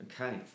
okay